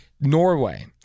Norway